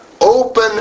open